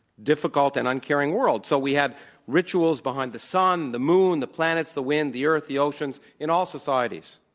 difficult, and uncaring world, so we had rituals behind the sun, the moon, the planets, the wind, the earth, the oceans, in all societies.